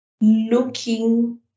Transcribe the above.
looking